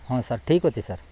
ହଁ ସାର୍ ଠିକ୍ ଅଛି ସାର୍